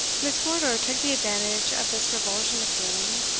miss wardour took the advantage of this revulsion of feeling,